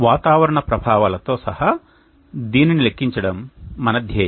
వాతావరణ ప్రభావాలతో సహా దీనిని లెక్కించడం మన ధ్యేయం